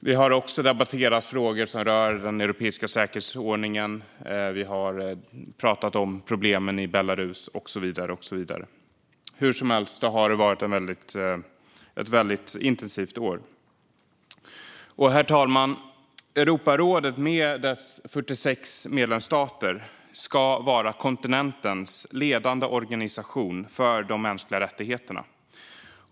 Vi har också debatterat frågor som rör den europeiska säkerhetsordningen, och vi har pratat om problemen i Belarus och så vidare. Hur som helst har det varit ett intensivt år. Herr talman! Europarådet med dess 46 medlemsstater ska vara kontinentens ledande organisation för de mänskliga rättigheterna.